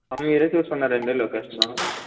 మీరే చూసుకున్నారండి లొకేషను